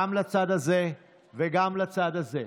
גם לצד הזה וגם לצד הזה: